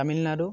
Tamil Nadu